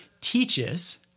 teaches